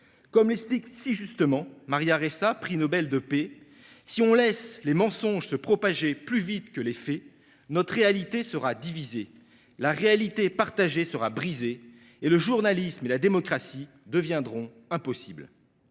comme l’explique si justement Maria Ressa, prix Nobel de la paix, « si on laisse les mensonges se propager plus vite que les faits, notre réalité sera divisée, la réalité partagée sera brisée, et le journalisme et la démocratie deviendront impossibles